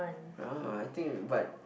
uh I think but